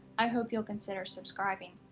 i hope you'll consider subscribing.